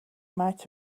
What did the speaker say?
might